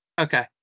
Okay